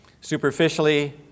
Superficially